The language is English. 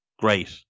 great